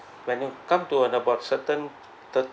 when you come to about certain third